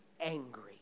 angry